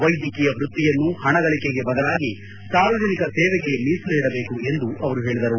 ವೈದ್ಯಕೀಯ ವ್ಯಕ್ತಿಯನ್ನು ಹಣ ಗಳಿಕೆಗೆ ಬದಲಾಗಿ ಸಾರ್ವಜನಿಕ ಸೇವೆಗೆ ಮೀಸಲಿಡಬೇಕು ಎಂದು ಅವರು ಹೇಳಿದರು